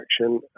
action